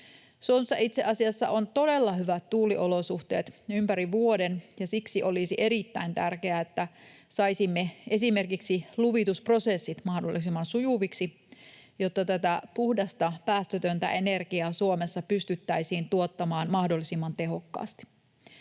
Suomessa itse asiassa on todella hyvät tuuliolosuhteet ympäri vuoden, ja siksi olisi erittäin tärkeää, että saisimme esimerkiksi luvitusprosessit mahdollisimman sujuviksi, jotta tätä puhdasta, päästötöntä energiaa Suomessa pystyttäisiin tuottamaan mahdollisimman tehokkaasti.